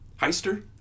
heister